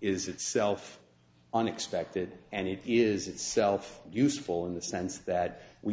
is itself unexpected and it is itself useful in the sense that we